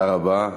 תודה רבה.